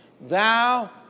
thou